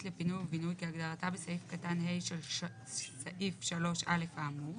לפינוי ובינוי כהגדרתה בסעיף קטן ה' של סעיף 3 (א') האמור.